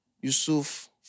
Yusuf